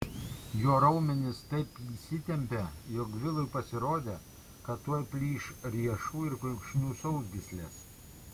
jo raumenys taip įsitempė jog vilui pasirodė kad tuoj plyš riešų ir kulkšnių sausgyslės